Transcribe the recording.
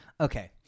Okay